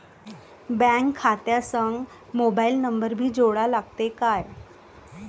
Bank खात्या संग mobile number भी जोडा लागते काय?